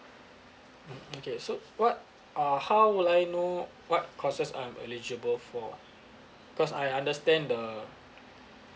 mm okay so what uh how would I know what courses I'm eligible for cause I understand the